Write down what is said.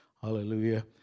hallelujah